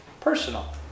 Personal